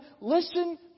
Listen